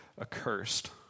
accursed